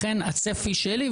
לכן הצפי שלי הוא,